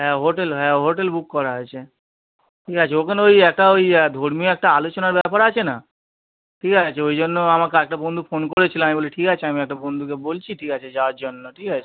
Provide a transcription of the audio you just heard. হ্যাঁ হোটেল হ্যাঁ hotel book করা আছে ঠিক আছে ওখানে ওই একটা ওই ধর্মীয় একটা আলোচনার ব্যাপার আছে না ঠিক আছে ওই জন্য আমাকে আর একটা বন্ধু ফোন করেছিলো আমি বলি ঠিক আছে আমি একটা বন্ধুকে বলছি ঠিক আছে যাওয়ার জন্য ঠিক আছে